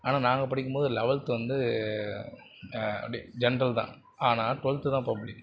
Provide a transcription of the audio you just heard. ஆனால் நாங்கள் படிக்கும்போது லெவல்த்து வந்து அப்படியே ஜென்ட்ரல் தான் ஆனால் டுவெல்த்து தான் பப்ளிக்